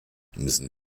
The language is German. müssen